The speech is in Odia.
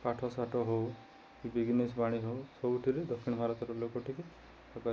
ପାଠଶାଠ ହେଉ କି ବିଜନେସ୍ ବାଣୀ ହେଉ ସବୁଥିରେ ଦକ୍ଷିଣ ଭାରତର ଲୋକ ଟିିକେ